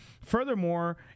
Furthermore